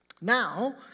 Now